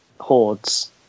hordes